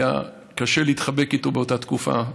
והיה קשה להתחבק איתו באותה תקופה,